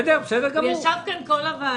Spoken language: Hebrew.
בכל אופן, הוא ישב פה במשך כל הדיון.